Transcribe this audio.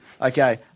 Okay